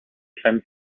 kleines